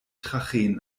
tracheen